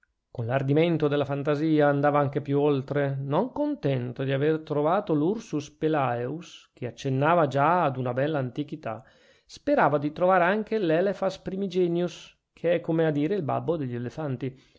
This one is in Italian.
con l'ardimento della fantasia andava anche più oltre non contento di aver trovato l'ursus spelaeus che accennava già ad una bella antichità sperava di trovare anche l'elephas primigenius che è come a dire il babbo degli elefanti